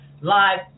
live